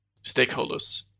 stakeholders